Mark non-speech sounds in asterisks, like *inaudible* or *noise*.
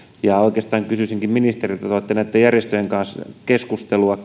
ja oikeastaan kysyisinkin ministeriltä kun te olette näitten järjestöjen kanssa keskustelua *unintelligible*